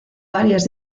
varias